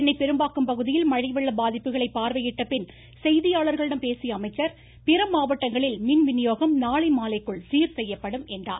சென்னை பெரும்பாக்கம் பகுதியில் மழை வெள்ள பாதிப்புகளை பார்வையிட்ட பின் செய்தியாளர்களிடம் பேசிய அமைச்சர் பிற மாவட்டங்களில் மின் விநியோகம் நாளை மாலைக்குள் சீர் செய்யப்படும் என்றார்